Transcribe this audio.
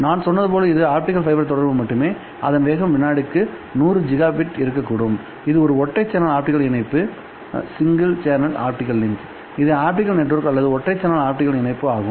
நான் சொன்னது போல் இது ஒரு ஆப்டிகல் ஃபைபர் தொடர்பு மட்டுமேஇதன் வேகம் வினாடிக்கு 100 ஜிகாபிட் இருக்கக்கூடும் இது ஒரு ஒற்றை சேனல் ஆப்டிகல் இணைப்புsingle channel optical link இது ஆப்டிகல் நெட்வொர்க் அல்ல ஒற்றை சேனல் ஆப்டிகல் இணைப்பு ஆகும்